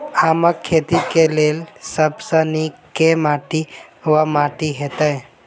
आमक खेती केँ लेल सब सऽ नीक केँ माटि वा माटि हेतै?